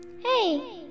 Hey